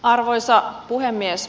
arvoisa puhemies